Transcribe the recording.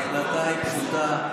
ההחלטה היא פשוטה: